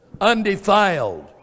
undefiled